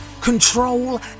control